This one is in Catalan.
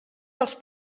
dels